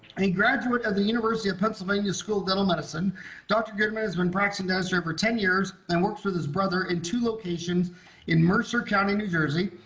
a graduate of the university of pennsylvania school of dental medicine dr. goodman has been practicing dentistry for ten years and works with his brother in two locations in mercer county new jersey.